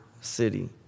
city